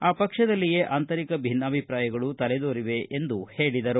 ಆ ಪಕ್ಷದಲ್ಲಿಯೇ ಆಂತರಿಕ ಭಿನ್ನಾಭಿಪ್ರಾಯಗಳು ತಲೆದೋರಿವೆ ಎಂದು ಹೇಳಿದರು